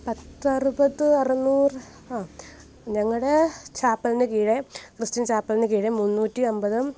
പത്ത് അറുപത് അറുനൂറ് ആ ഞങ്ങളുടെ ചാപ്പലിനു കീഴെ ക്രിസ്ത്യൻ ചാപ്പലിനു കീഴെ മുനൂറ്റി അൻപതും